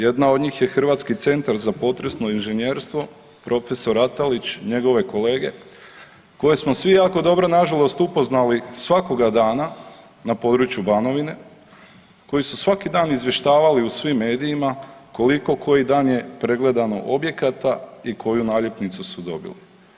Jedna od njih je Hrvatski centar za potresno inženjerstvo, profesor Ratalić, njegove kolege koje smo svi jako dobro na žalost upoznali svakoga dana na području Banovine, koji su svaki dan izvještavali u svim medijima koliko koji dan je pregledano objekata, i koju naljepnicu su dobili.